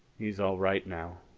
he's all right now.